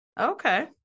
okay